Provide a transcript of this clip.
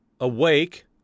awake